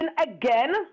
again